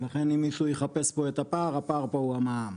לכן אם מישהו יחפש פה את הפער הפער הוא במע"מ.